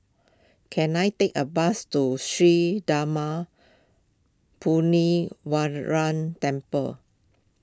can I take a bus to Sri Darma Temple